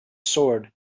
sword